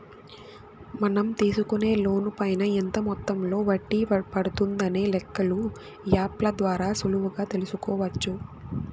మనం తీసుకునే లోన్ పైన ఎంత మొత్తంలో వడ్డీ పడుతుందనే లెక్కలు యాప్ ల ద్వారా సులువుగా తెల్సుకోవచ్చు